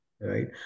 right